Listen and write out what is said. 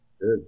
Good